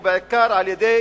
ובעיקר על-ידי